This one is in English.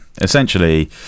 essentially